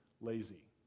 lazy